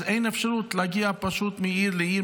אז פשוט אין אפשרות להגיע מעיר לעיר,